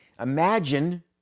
Imagine